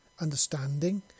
understanding